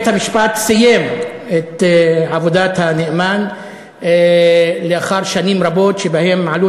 בית-המשפט סיים את עבודת הנאמן לאחר שנים רבות שבהן עלות